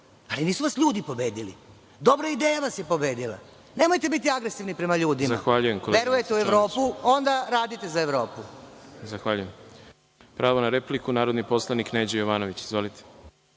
ali nisu vas ljudi pobedili. Dobra ideja vas je pobedila. Nemojte biti agresivni prema ljudima. Verujete u Evropu, onda radite za Evropu. **Đorđe Milićević** Zahvaljujem. Pravo na repliku, narodni poslanik Neđo Jovanović. Izvolite.